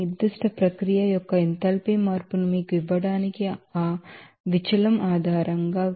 ఈ నిర్దిష్ట ప్రక్రియల యొక్క ఎంథాల్పీ చేంజ్ ను మీకు ఇవ్వడానికి ఆ ప్రాసెసస్ ఆధారంగా